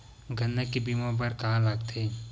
गन्ना के बीमा बर का का लगथे?